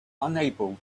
unable